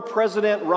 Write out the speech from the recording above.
President